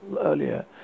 earlier